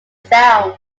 sound